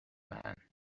man